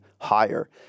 higher